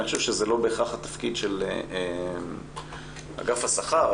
אני חושב שזה לא בהכרח התפקיד של אגף השכר,